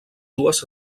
dues